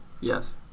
Yes